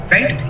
Right